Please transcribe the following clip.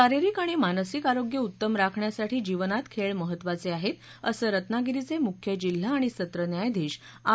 शारिरीक आणि मानसिक आरोग्य उत्तम राखण्यासाठी जीवनात खेळ महत्वाचे आहेत असं रत्नागिरीचे मुख्य जिल्हा आणि सत्र न्यायाधीश आर